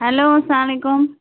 hello اسلامُ علیکُم